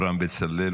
אברהם בצלאל,